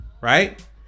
right